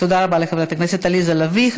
תודה רבה לחברת הכנסת עליזה לביא.